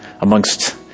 amongst